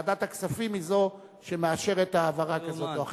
ועדת הכספים היא שמאשרת העברה כזאת או אחרת.